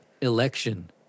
election